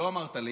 אתה לא אמרת לי,